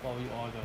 probably order